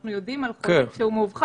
אנחנו יודעים על חולה כשהוא מאובחן,